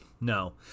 No